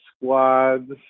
squads